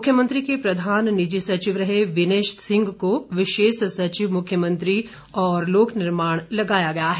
मुख्यमंत्री के प्रधान निजी सचिव रहे विनय सिंह को विशेष सचिव मुख्यमंत्री और लोकनिर्माण लगाया गया है